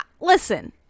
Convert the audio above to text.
Listen